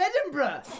Edinburgh